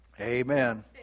Amen